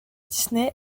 disney